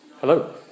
Hello